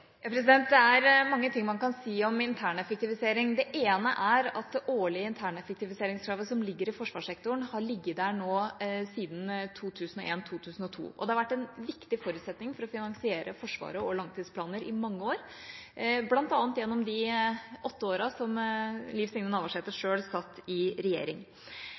Det er mange ting man kan si om intern effektivisering. Det ene er at det årlige interneffektiviseringskravet som ligger i forsvarssektoren, har ligget der siden 2001–2002. Det har vært en viktig forutsetning for å finansiere Forsvaret og langtidsplaner i mange år, bl.a. gjennom de åtte årene som Liv Signe Navarsete selv satt i regjering.